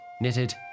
knitted